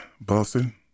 Boston